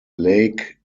lake